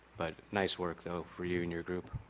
but nice work, though, for you and your group.